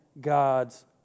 God's